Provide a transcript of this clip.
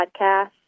podcast